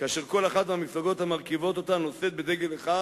כאשר כל אחת מהמפלגות המרכיבות אותה נושאת בדגל אחד